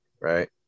right